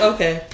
Okay